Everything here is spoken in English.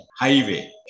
Highway